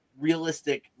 realistic